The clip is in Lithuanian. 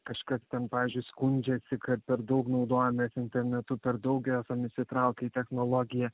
kažkas ten pavyzdžiui skundžiasi kad per daug naudojamės internetu per daugiau esam įsitraukę į technologijas